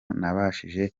nabashije